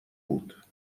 بود